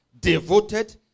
devoted